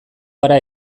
gara